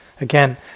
Again